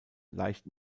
leicht